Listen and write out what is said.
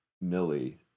Millie